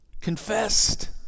confessed